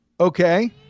Okay